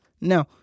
Now